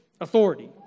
Authority